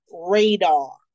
radar